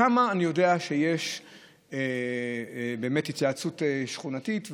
שם אני יודע שיש באמת התייעצות שכונתית,